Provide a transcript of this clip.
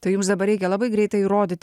tai jums dabar reikia labai greitai rodyt